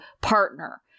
partner